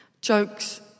Jokes